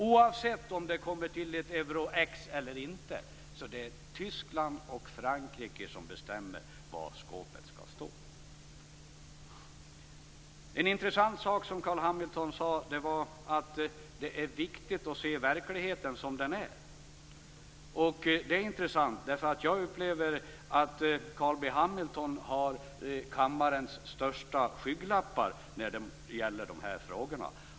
Oavsett om det kommer till ett euro-X eller inte, är det Tyskland och Frankrike som bestämmer var skåpet skall stå. En intressant sak som Carl B Hamilton sade är att det är viktigt att se verkligheten som den är. Det är intressant, därför att jag upplever att Carl B Hamilton har kammarens största skygglappar när det gäller dessa frågor.